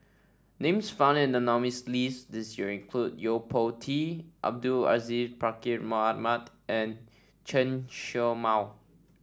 names found in the nominees' list this year include Yo Po Tee Abdul Aziz Pakkeer Mohamed and Chen Show Mao